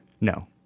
No